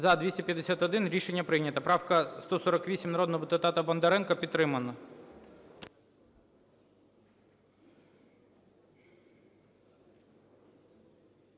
За-251 Рішення прийнято. Правка 148 народного депутата Бондаренка підтримана.